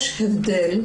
יש הבדל,